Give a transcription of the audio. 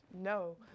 No